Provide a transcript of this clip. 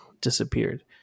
disappeared